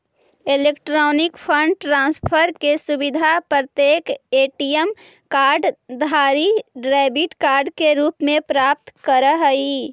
electronic fund transfer के सुविधा प्रत्येक ए.टी.एम कार्ड धारी डेबिट कार्ड के रूप में प्राप्त करऽ हइ